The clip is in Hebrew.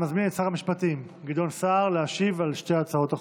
אני מזמין את שר המשפטים גדעון סער להשיב על שתי הצעות החוק,